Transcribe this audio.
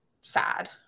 sad